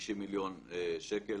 50 מיליון שקלים.